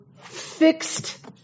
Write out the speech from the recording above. fixed